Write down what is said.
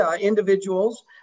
individuals